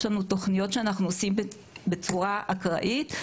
יש לנו תוכניות שאנחנו עושים בצורה אקראית.